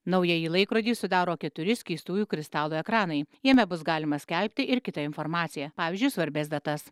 naująjį laikrodį sudaro keturi skystųjų kristalų ekranai jame bus galima skelbti ir kitą informaciją pavyzdžiui svarbias datas